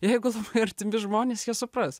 jeigu labai artimi žmonės jie supras